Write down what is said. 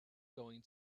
going